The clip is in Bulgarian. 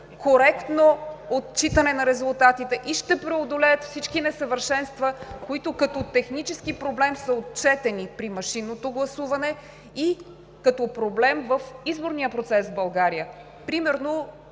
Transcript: коректно отчитане на резултатите и ще преодолеят всички несъвършенства, които като технически проблем са отчетени при машинното гласуване и като проблем в изборния процес в България. Примерно